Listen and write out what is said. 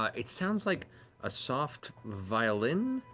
ah it sounds like a soft violin,